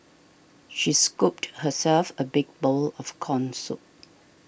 she scooped herself a big bowl of Corn Soup